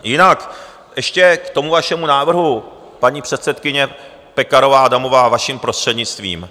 Jinak ještě k tomu vašemu návrhu, paní předsedkyně Pekarová Adamová, vaším prostřednictvím.